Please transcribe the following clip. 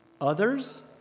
others